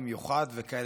וכאלה לא חסרות,